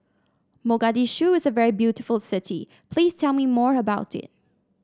Mogadishu is a very beautiful city please tell me more about it